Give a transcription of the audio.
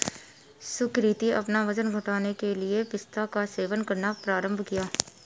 सुकृति अपना वजन घटाने के लिए पिस्ता का सेवन करना प्रारंभ किया